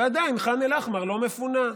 ועדיין ח'אן אל-אחמר לא מפונה,